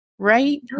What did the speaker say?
right